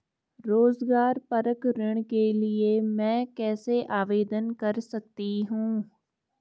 रोज़गार परक ऋण के लिए मैं कैसे आवेदन कर सकतीं हूँ?